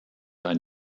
ein